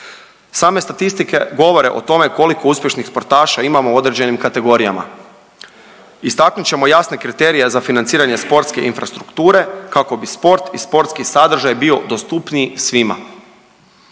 Same statistike govore o tome koliko uspješnih sportaša imamo u određenim kategorijama. Istaknut ćemo jasne kriterije za financiranje sportske infrastrukture kako bi sport i sportski sadržaj bio dostupniji svima.